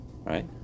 right